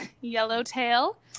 Yellowtail